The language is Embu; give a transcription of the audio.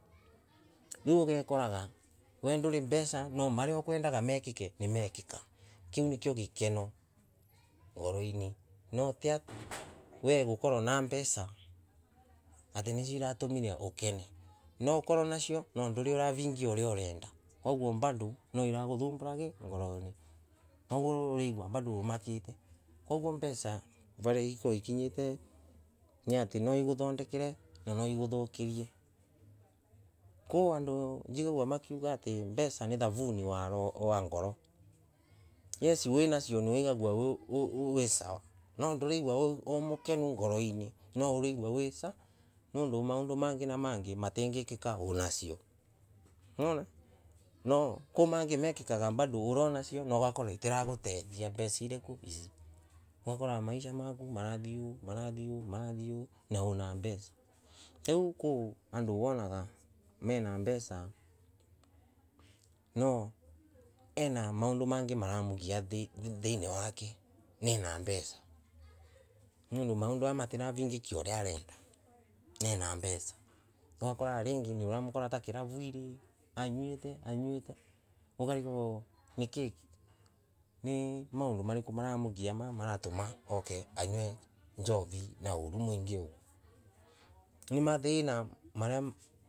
Riu ugekoraga we nduri mbeca no maria okwendaga mekake ni mekaka kiu nikio gakeno uhoroinay no tiati we gukorwe na mbeca ata nasio iratomire ukene, no ukorwe nasio no nduri uravingia uria urondo, koguo bado nwa irakothambora kaygora koguo uraigua bado omakate koguo mbeca varia ikoragwo ikinyate ni ati nwa igothondekere na nwa igothokarie kogua ando ndiraigua makiuga ati mbeca ni thafuni wa ngoro, yesiwi nacio niuraiguaga wisawa no ndoraigua wimukenu ngoroina no uraigua wi sawa, nondo maondo mangay na mangi matindaka unasio nwona, no komangay mekakaga bado urionasio na ugak itira gotethia mbeca irako ici, nokorwa maisa maku marathia ooh marathia oooh na uriona mbeca tariu ko ando wanaga mena mbeca no ena maondo mengay maramugia thainay wakena cna mbeca nondo maondo aya matinavingatia oria arendana ena mbeca ogakora ringi niuramokora takiravuira anyuate anyate okarigwo nikay na maondo mariko mama marmugia mamamara okanyue jovi naoru mwingi oguo ni mathan maria.